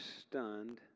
stunned